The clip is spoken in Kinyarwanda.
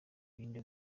irinde